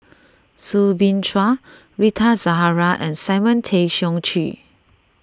Soo Bin Chua Rita Zahara and Simon Tay Seong Chee